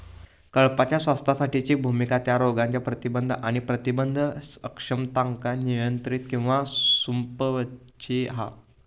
कळपाच्या स्वास्थ्यासाठीची भुमिका त्या रोगांच्या प्रतिबंध आणि प्रबंधन अक्षमतांका नियंत्रित किंवा संपवूची हा